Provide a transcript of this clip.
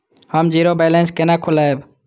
हम zero balance केना खोलैब?